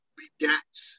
begets